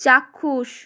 চাক্ষুষ